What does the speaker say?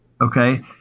Okay